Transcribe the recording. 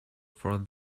for